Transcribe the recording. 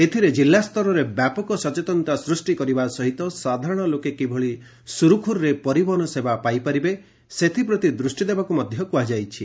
ଏଥିରେ ଜିଲ୍ଲାସ୍ଡରରେ ବ୍ୟାପକ ସଚେତନତା ସୃଷ୍ି କରିବା ସହିତ ସାଧାରଣ ଲୋକେ କିଭଳି ସୁରୁଖୁରୁରେ ପରିବହନ ସେବା ପାଇପାରିବେ ସେଥିପ୍ରତି ଦୃଷ୍ଟିଦେବାକୁ କୁହାଯାଇଛି